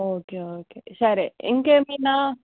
okay okay సరే ఇంకా ఏమైనా